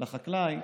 לחקלאי